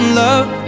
love